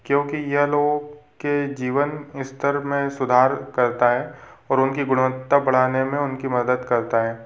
क्योंकि यह लोग के जीवन स्तर में सुधार करता है और उनकी गुणवत्ता बढ़ाने में उनकी मदद करता है